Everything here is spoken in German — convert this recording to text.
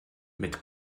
mit